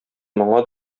моңа